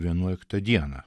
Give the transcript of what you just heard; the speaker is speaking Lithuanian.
vienuoliktą dieną